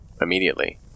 immediately